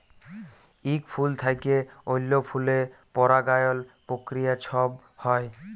ইক ফুল থ্যাইকে অল্য ফুলে পরাগায়ল পক্রিয়া ছব হ্যয়